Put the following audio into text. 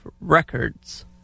records